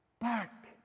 back